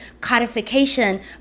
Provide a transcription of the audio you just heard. codification